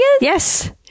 Yes